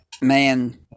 man